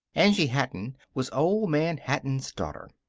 angie hatton was old man hatton's daughter.